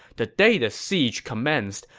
the day the siege commenced,